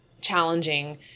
challenging